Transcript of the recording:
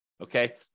okay